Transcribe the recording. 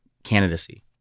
candidacy